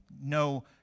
no